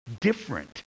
different